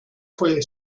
fue